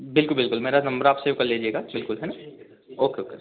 बिल्कुल बिल्कुल मेरा नंबर आप सेव कर लीजिएगा बिल्कुल है ना ओके ओके सर